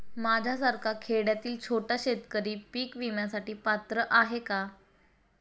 माझ्यासारखा खेड्यातील छोटा शेतकरी पीक विम्यासाठी पात्र आहे का?